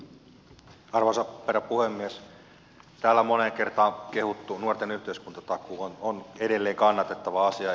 täällä moneen kertaan kehuttu nuorten yhteiskuntatakuu on edelleen kannatettava asia